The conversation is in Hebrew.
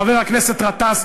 חבר הכנסת גטאס,